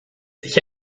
sich